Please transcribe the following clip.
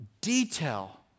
detail